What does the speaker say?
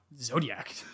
Zodiac